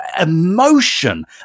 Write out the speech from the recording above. emotion